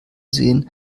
sehen